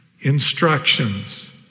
instructions